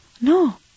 No